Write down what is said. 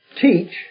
teach